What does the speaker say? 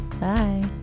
Bye